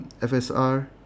FSR